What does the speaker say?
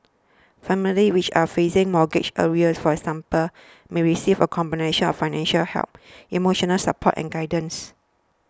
families which are facing mortgage arrears for example may receive a combination of financial help emotional support and guidance